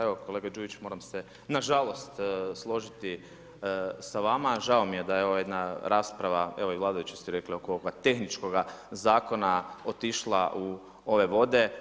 Evo kolega Đujić, moram se na žalost složiti s vama, žao mi je da je ovo jedna rasprava, evo vladajući su rekli, oko ovoga tehničkoga zakona otišla u ove vode.